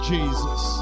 Jesus